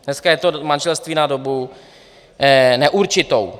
Dneska je to manželství na dobu neurčitou.